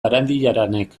barandiaranek